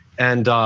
and